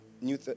New